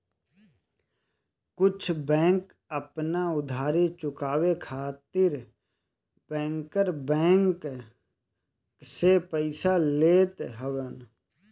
कुल बैंक आपन उधारी चुकाए खातिर बैंकर बैंक से पइसा लेत हवन